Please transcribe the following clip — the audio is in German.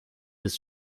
des